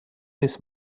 this